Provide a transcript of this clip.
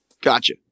Gotcha